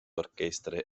orchestre